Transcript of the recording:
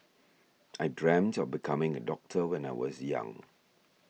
I dreamt of becoming a doctor when I was young